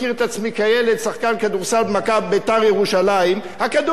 שחקן כדורסל ב"בית"ר ירושלים" הכדור הוא בצבע הזה.